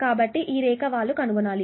కాబట్టి ఈ రేఖ యొక్క వాలు కనుగొనాలి